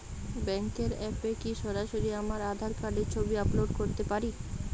ব্যাংকের অ্যাপ এ কি সরাসরি আমার আঁধার কার্ডের ছবি আপলোড করতে পারি?